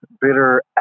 bitter